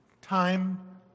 Time